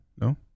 No